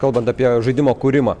kalbant apie žaidimo kūrimą